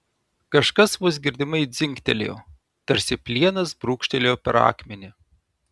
kažkas vos girdimai dzingtelėjo tarsi plienas brūkštelėjo per akmenį